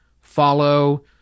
follow